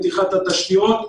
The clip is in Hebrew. מתיחת התשתיות,